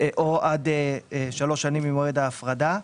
זה או עד שלוש שנים ממועד ההפרדה.